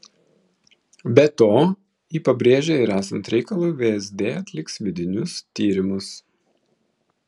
be to ji pabrėžė ir esant reikalui vsd atliks vidinius tyrimus